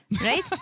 right